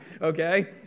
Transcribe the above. Okay